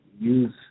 use